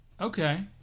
Okay